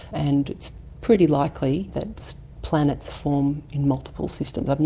and it's pretty likely that planets form in multiple systems. um you